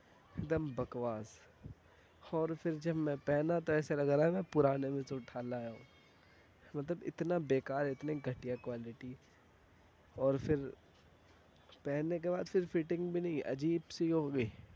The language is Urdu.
ایک دم بکواس اور پھر جب میں پہنا تو ایسے لگ رہا ہے میں پرانے میں سے اٹھا لایا ہوں مطلب اتنا بے کار اتنی گھٹیا کوالٹی اور پھر پہننے کے بعد پھر فٹنگ بھی نہیں عجیب سی ہو گئی